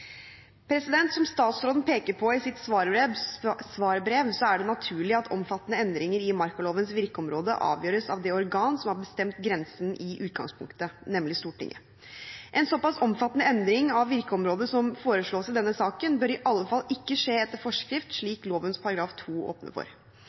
Som statsråden peker på i sitt svarbrev, er det naturlig at omfattende endringer i markalovens virkeområde avgjøres av det organ som har bestemt grensen i utgangspunktet, nemlig Stortinget. En såpass omfattende endring av virkeområdet som det som foreslås i denne saken, bør i alle fall ikke skje etter forskrift,